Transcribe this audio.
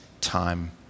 time